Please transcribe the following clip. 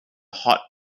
hot